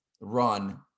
run